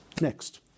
Next